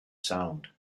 sound